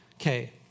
Okay